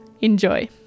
Enjoy